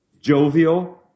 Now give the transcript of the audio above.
jovial